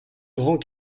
grand